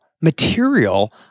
material